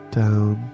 down